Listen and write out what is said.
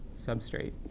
substrate